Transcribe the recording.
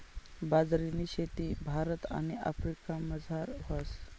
बाजरीनी शेती भारत आणि आफ्रिकामझार व्हस